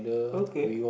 okay